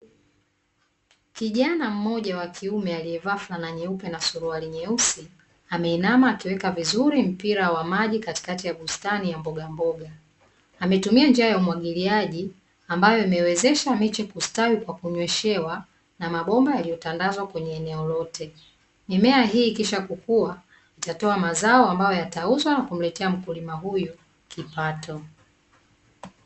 Kijana mmoja wa kiume aliyevaa fulana nyeupe na suruhali nyeusi, ameinama akiweka vizuri mpira wa maji katikati ya bustani ya mbogamboga. Ametumia njia ya umwagiliaji, ambayo imewezesha miche kustawi kwa kunyeshewa na mabomba yaliyotandazwa kwenye eneo lote. Mimea hii ikishakua itatoa mazao ambayo yatauzwa na kumletea mkulima huyu kipato.